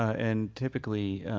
and typically